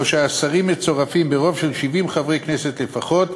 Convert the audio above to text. שהשרים מצורפים ברוב של 70 חברי הכנסת לפחות,